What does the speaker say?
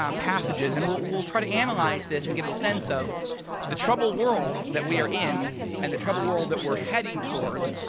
um passages and we'll we'll try to analyze this and get a sense of the trouble world that we are in and the trouble world that we're heading towards,